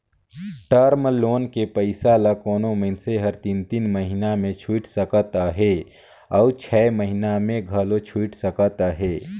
term loan के पइसा ल कोनो मइनसे हर तीन तीन महिना में छुइट सकत अहे अउ छै महिना में घलो छुइट सकत अहे